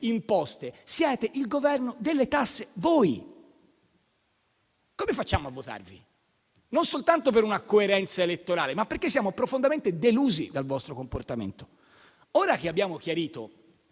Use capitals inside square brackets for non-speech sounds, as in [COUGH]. imposte. Siete il Governo delle tasse: voi. [APPLAUSE] Come facciamo a votarvi? Non soltanto per una coerenza elettorale, ma perché siamo profondamente delusi dal vostro comportamento. Abbiamo chiarito